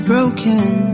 Broken